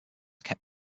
kept